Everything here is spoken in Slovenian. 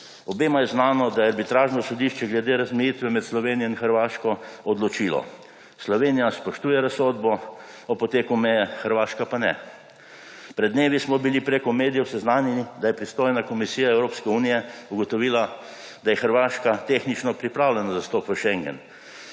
Obema je znano, da je arbitražno sodišče glede razmejitve med Slovenijo in Hrvaško odločilo. Slovenija spoštuje razsodbo o poteku meje, Hrvaška pa ne. Pred dnevi smo bili preko medijev seznanjeni, da je pristojna komisija Evropske unije ugotovila, da je Hrvaška tehnično pripravljena za vstop v schengen.